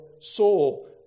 soul